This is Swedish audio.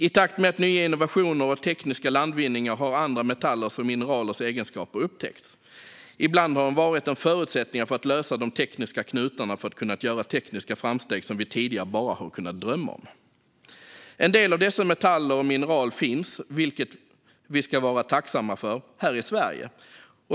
I takt med nya innovationer och tekniska landvinningar har andra metallers och mineralers egenskaper upptäckts. Ibland har de varit en förutsättning för att lösa tekniska knutar för att kunna göra tekniska framsteg som vi tidigare bara har kunnat drömma om. En del av dessa metaller och mineraler finns, vilket vi ska vara tacksamma för, här i Sverige.